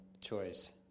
choice